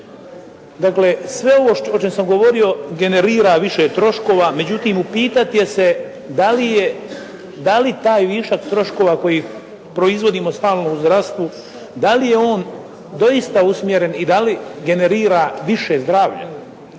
Dakle, sve ovo o čemu sam govorio generira više troškova, međutim upitat je se da li taj višak troškova koji proizvodimo stalno u zdravstvu, da li je on doista usmjeren i da li generira više zdravlja